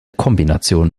kombination